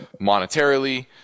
monetarily